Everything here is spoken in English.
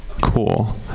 Cool